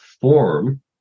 form